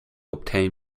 obtain